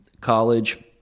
College